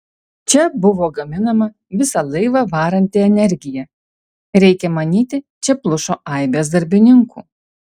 čia buvo gaminama visą laivą varanti energija reikia manyti čia plušo aibės darbininkų